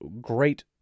great